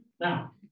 Now